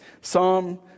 Psalm